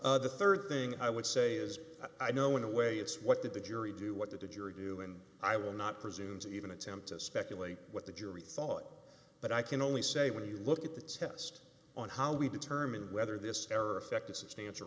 together the rd thing i would say is i know in a way it's what the jury do what the jury do and i will not presume to even attempt to speculate what the jury thought but i can only say when you look at the test on how we determine whether this error affected substantial